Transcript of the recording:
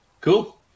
cool